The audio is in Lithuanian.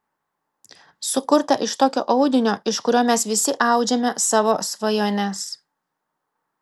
sukurta iš tokio audinio iš kurio mes visi audžiame savo svajones